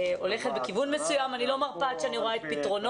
הולכת בכיוון מסוים אני לא מרפה עד שאני רואה את פתרונו.